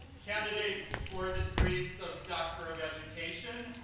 candidates for the degrees of doctor of education,